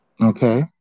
Okay